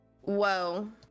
Whoa